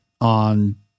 on